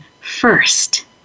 first